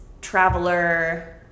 traveler